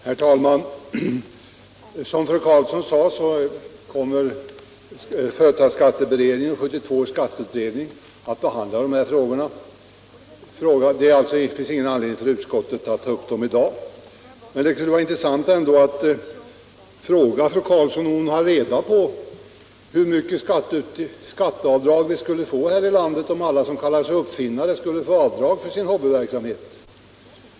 Herr talman! Som fru Karlsson sade kommer företagsskatteberedningen och 1972 års skatteutredning att behandla de här frågorna. Det finns alltså ingen anledning för utskottet att ta upp dem i dag. Men det kunde vara intressant att fråga fru Karlsson om hon har reda på hur stora skatteavdrag vi skulle få här i landet om alla som kallar sig uppfinnare skulle kunna göra avdrag för sin hobbyverksamhet.